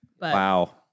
Wow